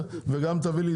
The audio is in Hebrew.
וגם זה קורה.